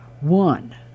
One